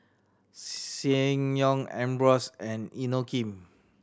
Ssangyong Ambros and Inokim